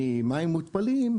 ממים מותפלים,